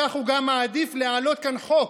כך הוא גם מעדיף להעלות כאן חוק,